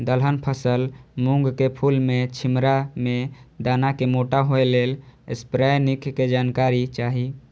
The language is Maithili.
दलहन फसल मूँग के फुल में छिमरा में दाना के मोटा होय लेल स्प्रै निक के जानकारी चाही?